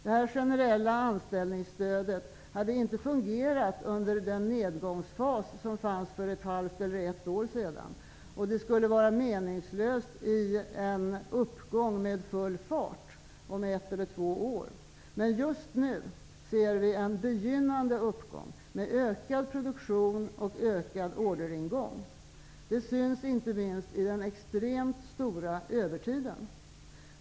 Det generella anställningsstödet, GAS, hade inte fungerat under nedgångsfasen för ett halvt eller ett år sedan, och det skulle vara meningslöst i en uppgång med full fart -- om ett eller två år. Men just nu ser vi en begynnande uppgång med ökad produktion och ökad orderingång. Det syns inte minst i den extremt stora övertiden.